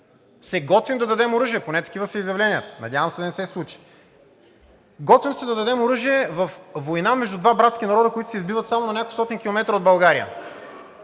се готвим да дадем оръжие – поне такива са изявленията, надявам се, да не се случи – във война между два братски народа, които се избиват само на няколкостотин километра от България.